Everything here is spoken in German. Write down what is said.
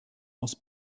aus